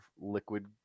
liquid